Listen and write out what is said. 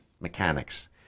mechanics